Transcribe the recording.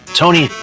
tony